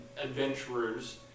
adventurers